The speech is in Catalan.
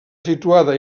situada